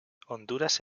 honduras